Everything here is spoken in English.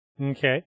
Okay